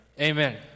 Amen